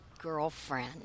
girlfriend